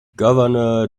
gouverneur